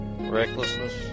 Recklessness